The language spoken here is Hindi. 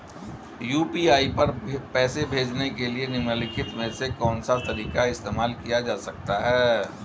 यू.पी.आई पर पैसे भेजने के लिए निम्नलिखित में से कौन सा तरीका इस्तेमाल किया जा सकता है?